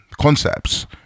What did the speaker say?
concepts